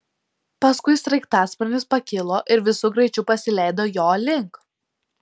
paskui sraigtasparnis pakilo ir visu greičiu pasileido jo link